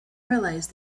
realise